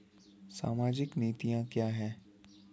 सामाजिक नीतियाँ क्या हैं?